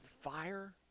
fire